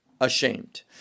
ashamed